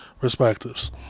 perspectives